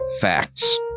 facts